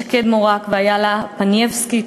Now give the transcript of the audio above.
שקד מורג ואילה פניבסקי,